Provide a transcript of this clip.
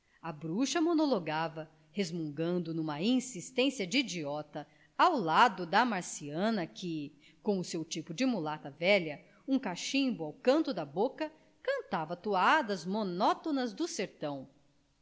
a bruxa monologava resmungando numa insistência de idiota ao lado da marciana que com o seu tipo de mulata velha um cachimbo ao canto da boca cantava toadas monótonas do sertão